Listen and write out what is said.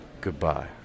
Goodbye